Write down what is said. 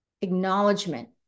Acknowledgement